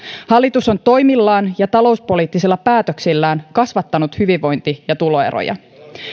hallitus on toimillaan ja talouspoliittisilla päätöksillään kasvattanut hyvinvointi ja tuloeroja